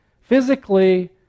physically